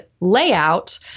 layout